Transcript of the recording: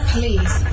Please